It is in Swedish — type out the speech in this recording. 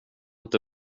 inte